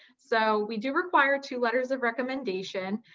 so we do require two letters of recommendation.